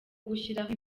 gushyiraho